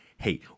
Hey